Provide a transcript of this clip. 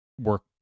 work